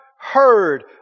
heard